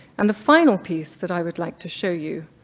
and the final piece that i would like to show you,